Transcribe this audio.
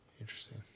Interesting